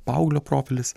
paauglio profilis